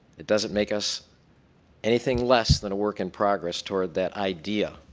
it doesn't make us anything less than a work in progress toward that idea,